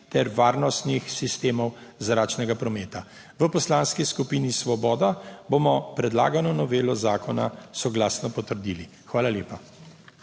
ter varnostnih sistemov zračnega prometa. V Poslanski skupini Svoboda bomo predlagano novelo zakona soglasno potrdili. Hvala lepa.